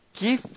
Give